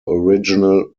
original